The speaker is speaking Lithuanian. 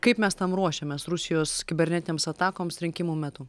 kaip mes tam ruošiamės rusijos kibernetinėms atakoms rinkimų metu